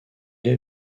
est